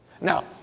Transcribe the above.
Now